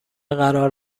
قرار